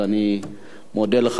אז אני מודה לך,